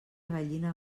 gallina